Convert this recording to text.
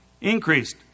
Increased